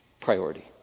Priority